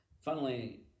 Funnily